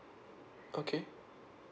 okay